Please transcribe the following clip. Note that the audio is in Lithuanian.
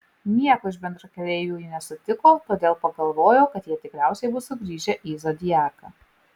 nieko iš bendrakeleivių ji nesutiko todėl pagalvojo kad jie tikriausiai bus sugrįžę į zodiaką